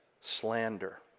slander